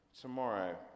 tomorrow